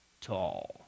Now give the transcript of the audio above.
tall